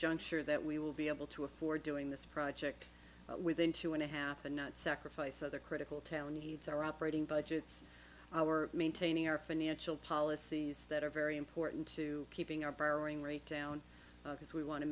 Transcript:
juncture that we will be able to afford doing this project within two and a half and not sacrifice other critical talent needs our operating budgets our maintaining our financial policies that are very important to keeping our borrowing rate down because we want to